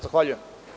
Zahvaljujem.